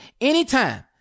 anytime